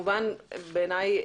בעיניי,